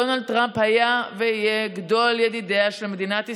דונלד טראמפ היה ויהיה גדול ידידיה של מדינת ישראל.